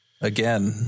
Again